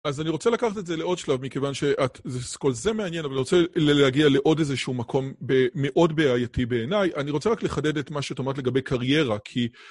אז אני רוצה לקחת את זה לעוד שלב, מכיוון שכל זה מעניין, אבל אני רוצה להגיע לעוד איזה שהוא מקום מאוד בעייתי בעיניי. אני רוצה רק לחדד את מה שאת אומרת לגבי קריירה, כי...